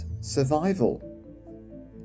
survival